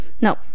No